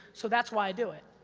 so that's why i do it.